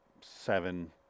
Seven